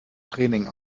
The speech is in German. training